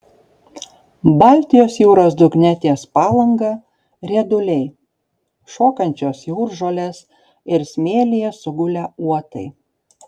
baltijos jūros dugne ties palanga rieduliai šokančios jūržolės ir smėlyje sugulę uotai